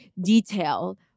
detail